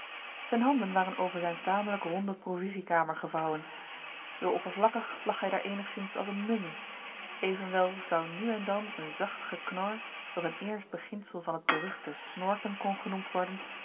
zijne handen waren over zijne tamelijk ronde provisiekamer gevouwen zoo oppervlakkig lag hij daar eenigzins als eene mumie evenwel zou nu en dan een zacht geknor dat een eerst beginsel van het beruchte snorken kon genoemd worden